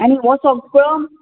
आनी हो सगळो